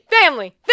Family